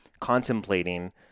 contemplating